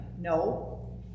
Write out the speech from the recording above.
No